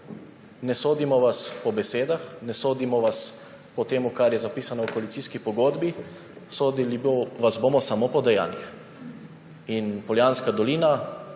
Ne sodimo vas po besedah, ne sodimo vas po tem, kar je zapisano v koalicijski pogodbi, sodili vas bomo samo po dejanjih. Poljanska dolina,